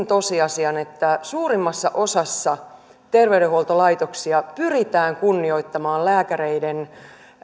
tosiasian että suurimmassa osassa terveydenhuoltolaitoksia pyritään kunnioittamaan lääkäreiden